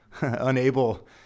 unable